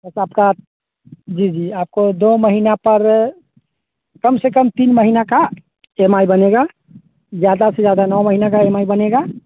बस आपका जी जी आपको दो महीने पर कम से कम तीन महीना का ई एम आई बनेगा ज़्यादा से ज़्यादा नौ महीने का ई एम आई बनेगा